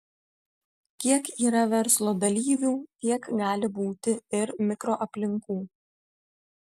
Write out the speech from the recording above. kiek yra verslo dalyvių tiek gali būti ir mikroaplinkų